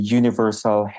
universal